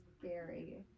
scary